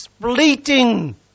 bleating